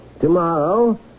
Tomorrow